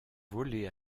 volé